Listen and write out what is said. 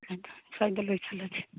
ꯁ꯭ꯋꯥꯏꯗ ꯂꯣꯏꯁꯤꯜꯂꯁꯤ